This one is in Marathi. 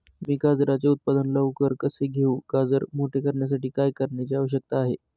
मी गाजराचे उत्पादन लवकर कसे घेऊ? गाजर मोठे करण्यासाठी काय करण्याची आवश्यकता आहे?